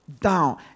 down